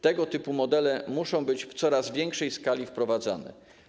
Tego typu modele muszą być w coraz większej skali wprowadzane.